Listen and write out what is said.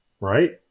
Right